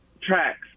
tracks